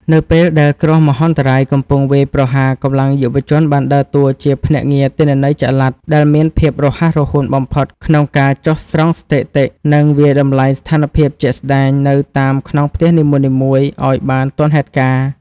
នៅពេលដែលគ្រោះមហន្តរាយកំពុងវាយប្រហារ កម្លាំងយុវជនបានដើរតួជា ភ្នាក់ងារទិន្នន័យចល័ត ដែលមានភាពរហ័សរហួនបំផុត ក្នុងការចុះស្រង់ស្ថិតិ និងវាយតម្លៃស្ថានភាពជាក់ស្ដែងនៅតាមខ្នងផ្ទះនីមួយៗឱ្យបានទាន់ហេតុការណ៍។